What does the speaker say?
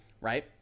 right